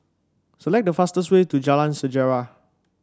select the fastest way to Jalan Sejarah